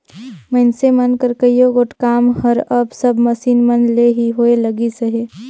मइनसे मन कर कइयो गोट काम हर अब सब मसीन मन ले ही होए लगिस अहे